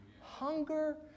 Hunger